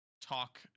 talk